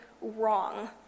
wrong